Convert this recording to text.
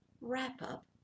wrap-up